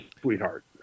sweetheart